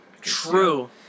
True